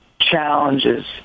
challenges